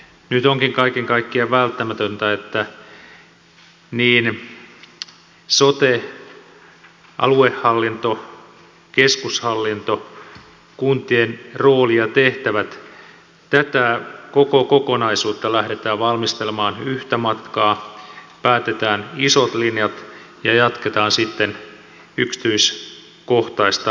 nyt onkin kaiken kaikkiaan välttämätöntä että sotea aluehallintoa keskushallintoa kuntien roolia ja tehtäviä tätä koko kokonaisuutta lähdetään valmistelemaan yhtä matkaa päätetään isot linjat ja jatketaan sitten yksityiskohtaista valmistelua